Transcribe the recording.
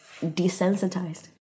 desensitized